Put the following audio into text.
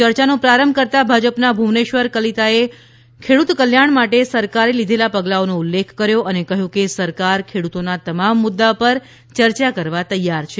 ચર્ચાનો પ્રારંભ કરતા ભાજપના ભુવનેશ્વર કલીતાએ ખેડૂત કલ્યાણ માટે સરકારે લીઘેલા પગલાનો ઉલ્લેખ કર્યો અને કહ્યું કે સરકાર ખેડૂતોના તમામ મુદ્દા પર ચર્ચા કરવા તૈયાર છે